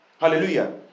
Hallelujah